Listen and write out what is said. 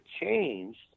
changed